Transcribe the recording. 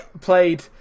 played